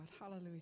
hallelujah